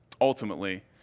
ultimately